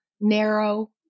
narrow